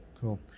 cool